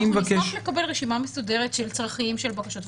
נשמח לקבל רשימה מסודרת של צרכים ושל בקשות.